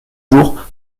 jour